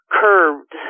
curved